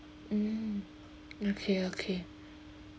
mm okay okay